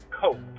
cope